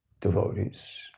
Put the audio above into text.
devotees